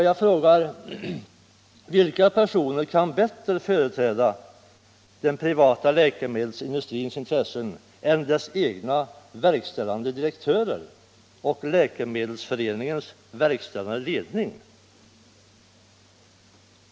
Jag frågar: Vilka personer kan bättre företräda den privata läkemedelsindustrins intressen än dess egna verkställande direktörer och Läkemedelsindustriföreningens verkställande ledning?